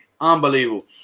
Unbelievable